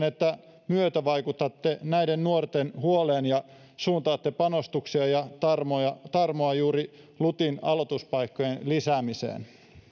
että myötävaikutatte näiden nuorten huoleen ja suuntaatte panostuksia ja tarmoa ja tarmoa juuri lutin aloituspaikkojen lisäämiseen